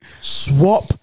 Swap